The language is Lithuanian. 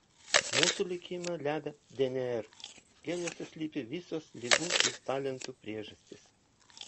mūsų likimą lemia dnr genuose slypi visos ligų ir talentų priežastys